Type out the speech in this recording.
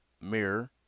Mirror